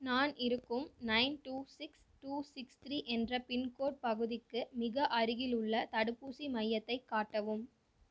நான் இருக்கும் nine two six two six three என்ற பின்கோட் பகுதிக்கு மிக அருகிலுள்ள தடுப்பூசி மையத்தைக் காட்டவும்